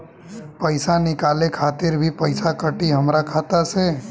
पईसा निकाले खातिर भी पईसा कटी हमरा खाता से?